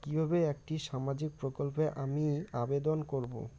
কিভাবে একটি সামাজিক প্রকল্পে আমি আবেদন করব?